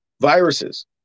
viruses